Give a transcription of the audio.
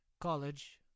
college